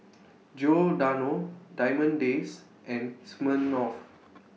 Giordano Diamond Days and Smirnoff